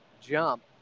jump